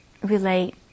relate